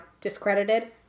discredited